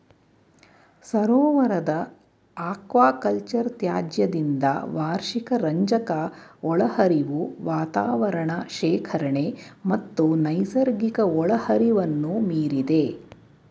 ಸರೋವರದ ಅಕ್ವಾಕಲ್ಚರ್ ತ್ಯಾಜ್ಯದಿಂದ ವಾರ್ಷಿಕ ರಂಜಕ ಒಳಹರಿವು ವಾತಾವರಣ ಶೇಖರಣೆ ಮತ್ತು ನೈಸರ್ಗಿಕ ಒಳಹರಿವನ್ನು ಮೀರಿದೆ